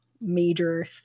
major